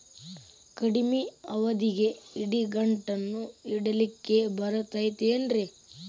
ಕಡಮಿ ಅವಧಿಗೆ ಇಡಿಗಂಟನ್ನು ಇಡಲಿಕ್ಕೆ ಬರತೈತೇನ್ರೇ?